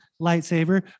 lightsaber